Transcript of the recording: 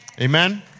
Amen